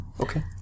Okay